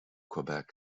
quebec